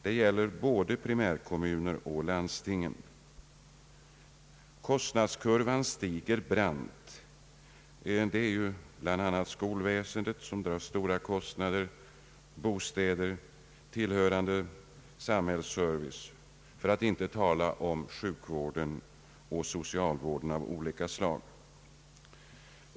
Det gäller både primärkommuner och landsting. Kostnadskurvan stiger brant. Skolväsendet drar stora kostnader, likaså bostäder och tillhörande samhällsservice, för att inte tala om sjukvården och socialvård av olika slag.